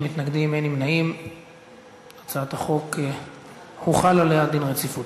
העבודה, הרווחה והבריאות על רצונה